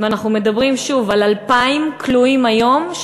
אנחנו מדברים על 2,000 כלואים היום,